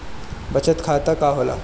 बचत खाता का होला?